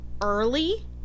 early